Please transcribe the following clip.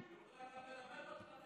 אני יכול ללמד אותך דמוקרטיה.